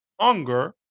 hunger